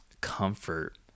comfort